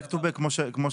Back to back, כמו שאמרתם.